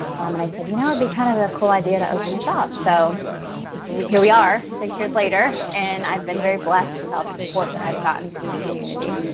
and i said you know it'd be kind of a cool idea to open a shop. so here we are six years later and i've been very blessed with all the support that i've gotten from the community.